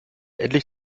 endlich